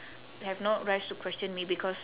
have no rights to question me because